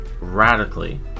radically